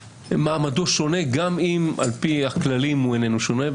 מעמדו שונה גם אם על פי הכללים הוא איננו שונה.